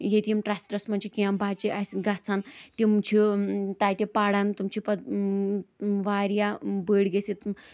یتیٖم ٹرسٹس منٛز چھِ کینٛہہ بچہٕ أسۍ گژھان تِم چھِ تتہِ پران تِم چھِ پتہٕ واریاہ بٔڑۍ گژھِتھ